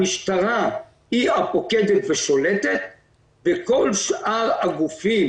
המשטרה היא הפוקדת ושולטת וכל שאר הגופים